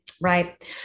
Right